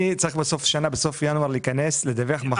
אני צריך בסוף ינואר להיכנס לדווח מחזור.